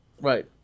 Right